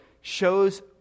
shows